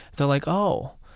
they're like, oh.